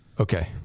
Okay